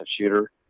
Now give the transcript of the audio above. shooter